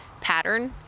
pattern